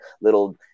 little